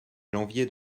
janvier